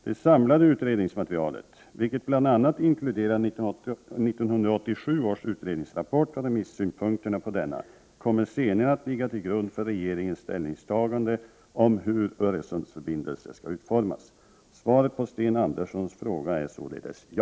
Det samlade utredningsmaterialet, vilket bl.a. inkluderar 1987 års utredningsrapport och remissynpunkterna på denna, kommmer senare att ligga till grund för regeringens ställningstagande om hur Öresundsförbindelser skall utformas. Svaret på Sten Anderssons fråga är således ja.